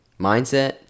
mindset